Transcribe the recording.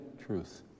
truth